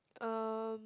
uh